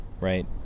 right